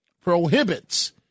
prohibits